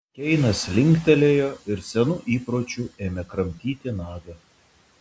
keinas linktelėjo ir senu įpročiu ėmė kramtyti nagą